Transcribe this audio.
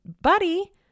buddy